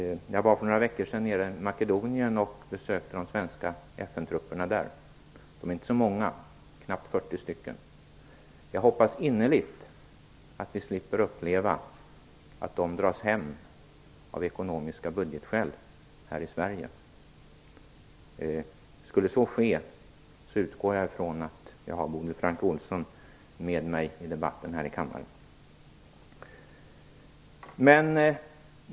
Jag var för några veckor sedan i Makedonien och besökte de svenska FN-trupperna där. De är inte så många, knappt 40 stycken. Jag hoppas innerligt att vi slipper uppleva att de dras hem av ekonomiska budgetskäl här i Sverige. Skulle så ske utgår jag ifrån att jag har Bodil Francke Ohlsson med mig i debatten här i kammaren.